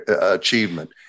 achievement